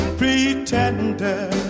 pretender